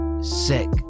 Sick